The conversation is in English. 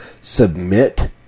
submit